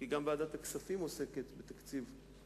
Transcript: כי גם ועדת הכספים עוסקת בתקציב החינוך,